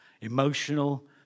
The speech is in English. emotional